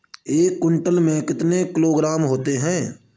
एक क्विंटल में कितने किलोग्राम होते हैं?